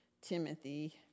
Timothy